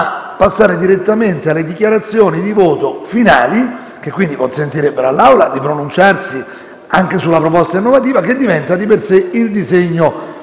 ancora espressi - alle dichiarazioni di voto finali, che quindi consentirebbero all'Assemblea di pronunciarsi anche sulla proposta innovativa, che diventa di per sé il disegno